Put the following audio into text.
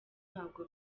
ntabwo